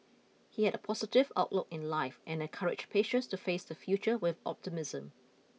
he had a positive outlook in life and encouraged patients to face the future with optimism